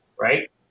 right